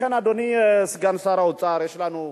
לכן, אדוני סגן שר האוצר, יש לנו,